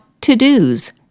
to-dos